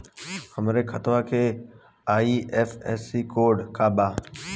हमरे खतवा के आई.एफ.एस.सी कोड का बा?